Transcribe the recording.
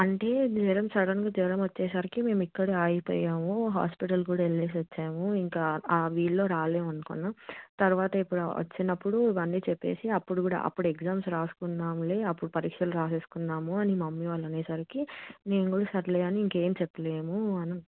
అంటే జ్వరం సడన్గా జ్వరం వచ్చేసరికి మేము ఇక్కడే ఆగిపోయాము హాస్పిటల్కి కూడా వెళ్ళి వచ్చాము ఇంకా ఆ వీలు లో రాలేం అనుకున్నాం తర్వాత ఎప్పుడన్న వచ్చినప్పుడు ఇవ్వన్ని చెప్పి అప్పుడు కూడా అప్పుడు ఎగ్జామ్స్ రాసుకుందాం అప్పుడు పరీక్షలు రాసుకుందాము అని మా మమ్మీ వాళ్ళు అనేసరికి నేను కూడా సర్లే అని ఇంకేం చెప్పలేము అని